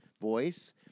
voice